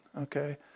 Okay